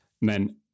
men